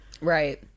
right